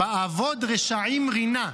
"באבוד רשעים, רינה".